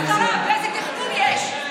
איזו הסדרה ואיזה תכנון יש.